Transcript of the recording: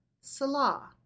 Salah